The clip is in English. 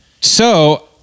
So-